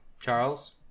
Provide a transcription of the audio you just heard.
Charles